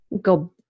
go